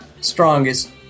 strongest